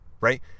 right